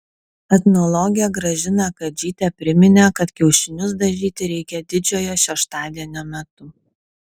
etnologė gražina kadžytė priminė kad kiaušinius dažyti reikia didžiojo šeštadienio metu